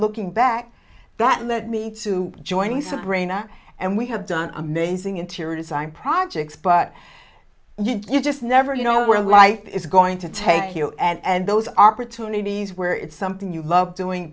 looking back that led me to joining sabrina and we have done amazing interior design projects but you just never know where life is going to take you and those opportunities where it's something you love doing